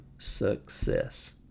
success